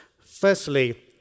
Firstly